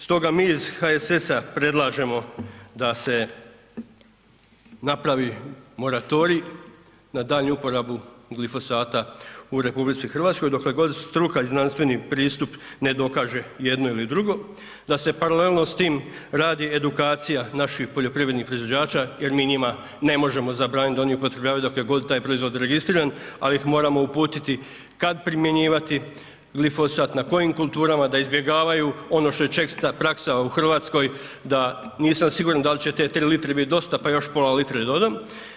Stoga mi iz HSS-a predlažemo da se napravi moratorij na daljnju uporabu glifosata u RH dokle god struka i znanstveni pristup ne dokaže jedno ili drugo, da se paralelno s tim radi edukacija naših poljoprivrednih proizvođača jer mi njima ne možemo zabraniti da oni upotrebljavaju dokle god je taj proizvod registriran, ali ih moramo uputiti kad primjenjivati glifosat, na kojim kulturama, da izbjegavaju ono što je česta praksa u Hrvatskoj, da nisam siguran da li će te 3 litre biti dosta pa još pola litre dodam.